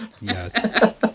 Yes